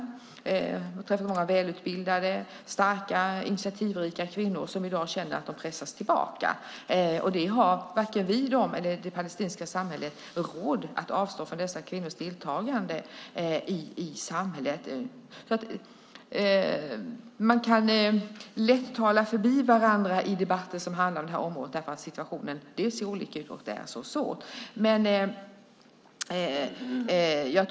Jag har träffat många välutbildade, starka och initiativrika kvinnor som i dag känner att de pressas tillbaka. Men vi, de själva och det palestinska samhället har inte råd att avstå från dessa kvinnors deltagande i samhället. Man kan lätt tala förbi varandra i debatter som handlar om det här området därför att situationen ser olika ut och det är så svårt.